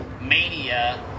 mania